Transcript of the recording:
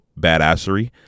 badassery